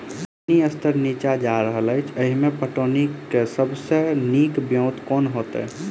पानि स्तर नीचा जा रहल अछि, एहिमे पटौनीक सब सऽ नीक ब्योंत केँ होइत?